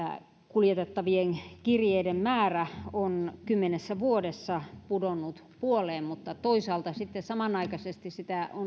kuljetettavien kirjeiden määrä on kymmenessä vuodessa pudonnut puoleen mutta toisaalta sitten samanaikaisesti